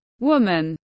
woman